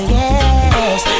yes